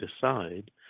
decide